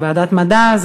ועדת המדע.